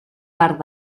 part